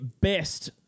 best